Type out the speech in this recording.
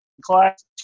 class